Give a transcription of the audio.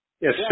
Yes